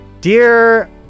Dear